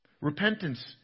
Repentance